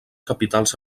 capitals